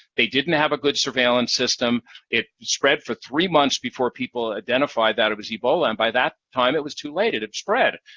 they didn't have a good surveillance system it spread for three months before people identified that it was ebola, and by that time, it was too late. it had spread.